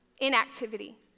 inactivity